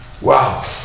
Wow